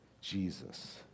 Jesus